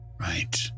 Right